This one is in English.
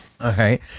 okay